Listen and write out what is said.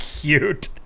cute